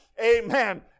Amen